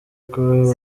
kuba